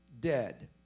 dead